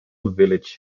village